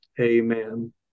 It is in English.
Amen